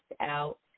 out